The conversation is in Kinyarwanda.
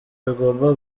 bigomba